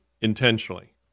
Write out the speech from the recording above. intentionally